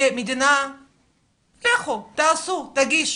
כי מדינה לכו, תעשו, תגישו,